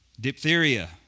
Diphtheria